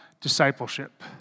discipleship